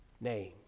name